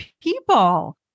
people